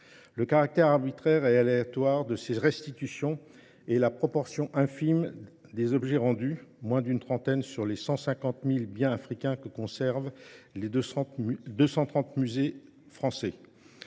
Le caractère arbitraire et aléatoire de ces restitutions est la proportion infime des objets rendus, moins d'une trentaine sur les 150 000 biens africains que conservent les 230 musées français.